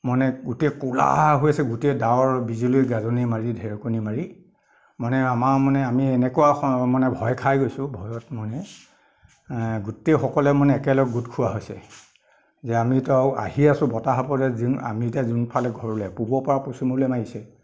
মানে গোটেই ক'লা হৈ আছে গোটেই ডাৱৰ বিজুলী গাজনি মাৰি ঢেৰেকনি মাৰি মানে আমাৰ মানে আমি এনেকুৱা মানে ভয় খাই গৈছো ভয়ত মানে গোটেইসকলে মানে একেলগে গোটখোৱা হৈছে যে আমিতো আৰু আহিয়ে আছো বতাহৰ পদে আমি এতিয়া যোনফালে ঘৰলে পূবৰপৰা পশ্চিমলৈ মাৰিছে